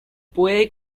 puede